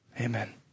Amen